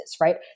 right